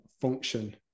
function